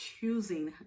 choosing